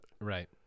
Right